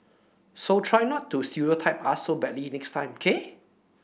so try not to stereotype us so badly next time k